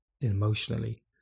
emotionally